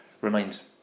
remains